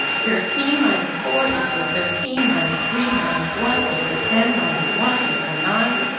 thirteen minus four equal thirteen minus three minus one equal ten minus one equal nine,